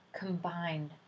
combined